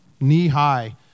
knee-high